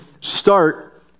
start